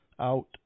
out